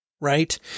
right